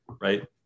Right